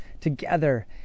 together